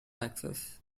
access